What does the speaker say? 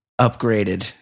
upgraded